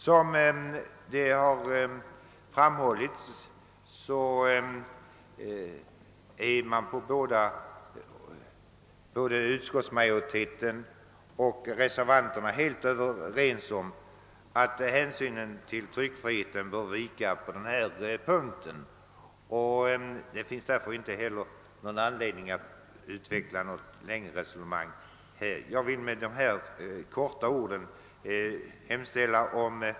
Som redan framhållits är både utskottsmajoriteten och = reservanterna överens om att hänsynen till tryckfriheten bör vika på denna punkt. Det finns därför ingen anledning att ta upp något längre resonemang härom.